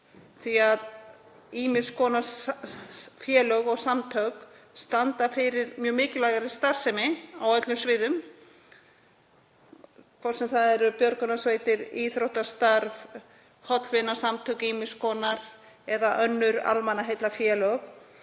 því að ýmiss konar félög og samtök standa fyrir mjög mikilvægri starfsemi á öllum sviðum, hvort sem það eru björgunarsveitir, íþróttastarf, hollvinasamtök ýmiss konar eða önnur almannaheillafélög.